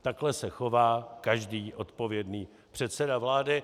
Takhle se chová každý odpovědný předseda vlády.